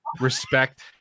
respect